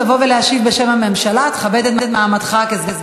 אני לא מבינה את ההתנהלות הזאת.